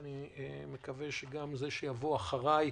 אני מקווה שגם זה שיבוא אחריי,